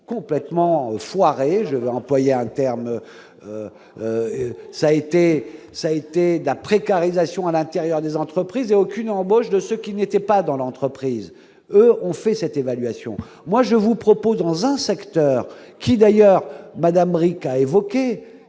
complètement foiré et je vais employer un terme, ça a été ça a été de la précarisation à l'intérieur des entreprises et aucune embauche de ce qui n'était pas dans l'entreprise on fait cette évaluation, moi je vous propose, dans un secteur qui, d'ailleurs Madame Bricq a évoqué,